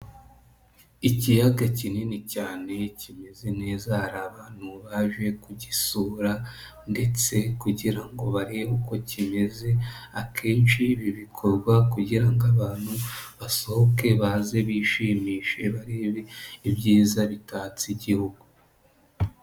Ikiyaga kinini cyane kimeze neza, hari abantu baje kugisura ndetse kugira ngo barebe uko kimeze, akenshi ibi bikorwa kugira ngo abantu basohoke baze bishimishe barebe ibyiza bitatse igihugu.